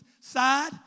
side